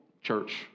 church